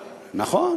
נכון.